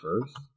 first